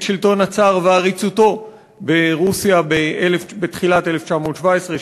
שלטון הצאר ועריצותו ברוסיה בתחילת 1917,